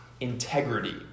integrity